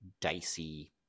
dicey